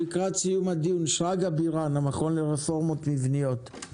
שרגא בירן, המכון לרפורמות לבניות בבקשה.